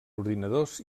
ordinadors